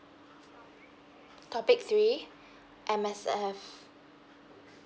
topic three M_S_F